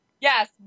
Yes